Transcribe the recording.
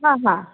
हां हां